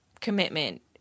commitment